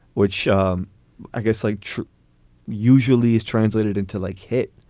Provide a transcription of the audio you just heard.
which i guess like. true usually is translated into like hit.